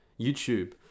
YouTube